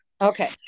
Okay